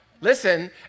listen